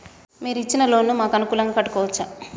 మీరు ఇచ్చిన లోన్ ను మాకు అనుకూలంగా కట్టుకోవచ్చా?